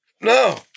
No